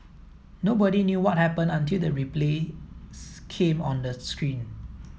nobody knew what happened until the replays came on the screen